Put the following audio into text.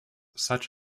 such